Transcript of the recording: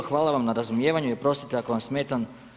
Hvala vam na razumijevanju i oprostite ako vam smetam.